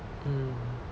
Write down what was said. mm